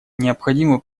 необходимо